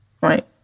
Right